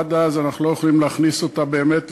עד אז אנחנו לא יכולים באמת להכניס אותה לשימוש,